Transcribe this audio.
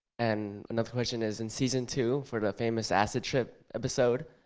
and another question is in season two for the famous acid trip episode